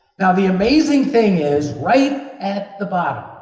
now, the amazing thing is, right at the bottom,